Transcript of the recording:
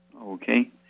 Okay